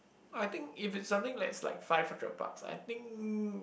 I think if it's something less like five hundred bucks I think